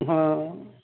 ਹਾਂ